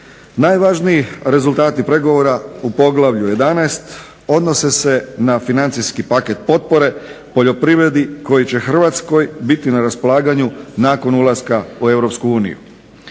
Najvažniji rezultati pregovora u poglavlju 11. odnose se na financijski paket potpore poljoprivredi koji će Hrvatskoj biti na raspolaganju nakon ulaska u